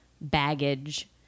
baggage